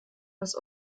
des